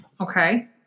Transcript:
Okay